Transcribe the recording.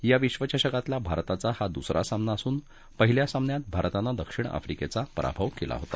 या विश्वचषकातला भारताचा हा दुसरा सामना असून पहिल्या सामन्यात भारतानं दक्षिण आफ्रिकेचा पराभव केला होता